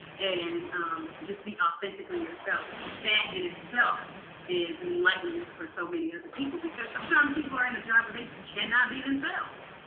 and just be authentically yourself. that in itself is an enlightenment for so many other people because sometimes, people are in a job where they cannot be themselves.